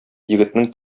егетнең